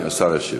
השר ישיב.